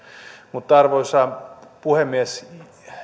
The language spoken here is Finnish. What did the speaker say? mutta arvoisa puhemies